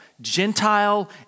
Gentile